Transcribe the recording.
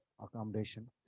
accommodation